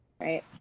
right